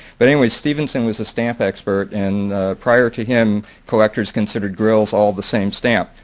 but anyways, stephenson was a stamp expert and prior to him collectors considered grills all the same stamp.